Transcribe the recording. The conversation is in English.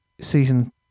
season